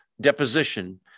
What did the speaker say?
deposition